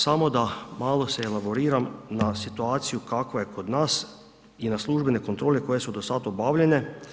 Samo da malo se elaboriram na situaciju kakva je kod nas i na službene kontrole koje su do sad obavljene.